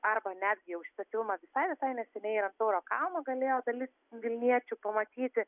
arba netgi jau šitą filmą visai visai neseniai ir ant tauro kalno galėjo dalis vilniečių pamatyti